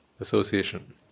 association